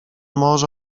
może